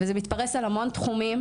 וזה מתפרס על המון תחומים,